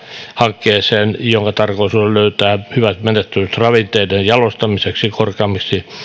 hankkeeseen jonka tarkoitus on löytää hyvät menettelyt ravinteiden jalostamiseksi korkeammiksi